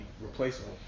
replaceable